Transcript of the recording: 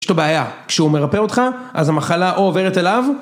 יש לו בעיה, כשהוא מרפא אותך, אז המחלה או עוברת אליו